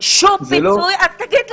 פיצוי - תגיד.